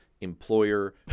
employer